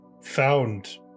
found